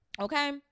okay